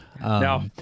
No